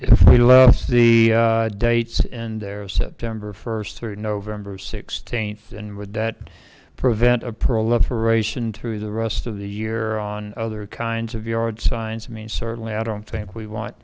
if we left the dates and there september first thirty november sixteenth and would that prevent a proliferation through the rest of the year on other kinds of yard signs i mean certainly i don't think we want